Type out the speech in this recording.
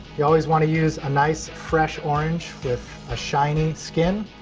you always want to use a nice fresh orange with a shiny skin.